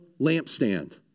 lampstand